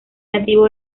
nativo